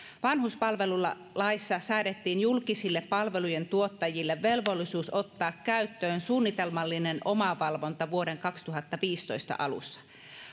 vanhuspalvelulaissa säädettiin julkisille palvelujentuottajille velvollisuus ottaa käyttöön suunnitelmallinen omavalvonta vuoden kaksituhattaviisitoista alussa